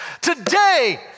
Today